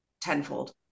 tenfold